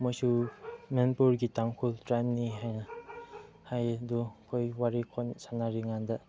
ꯃꯣꯏꯁꯨ ꯃꯅꯤꯄꯨꯔꯒꯤ ꯇꯥꯡꯈꯨꯜ ꯇ꯭ꯔꯥꯏꯞꯅꯤ ꯍꯥꯏꯅ ꯍꯥꯏꯌꯦ ꯑꯗꯨ ꯑꯩꯈꯣꯏ ꯋꯥꯔꯤ ꯀꯟ ꯁꯥꯟꯅꯔꯤꯀꯥꯟꯗ